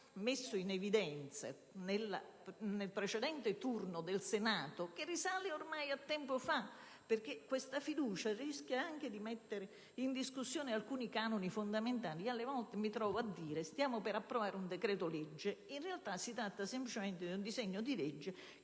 messo in evidenza nella precedente lettura del Senato che risale ormai a tempo fa, questa fiducia rischia anche di mettere in discussione alcuni canoni fondamentali. Alle volte mi trovo a dire che stiamo per approvare un decreto-legge. In realtà, si tratta semplicemente di un disegno di legge